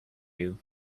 you